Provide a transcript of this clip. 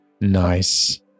Nice